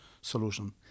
solution